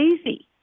easy